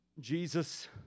Jesus